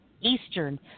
Eastern